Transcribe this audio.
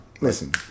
Listen